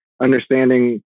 understanding